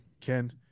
Ken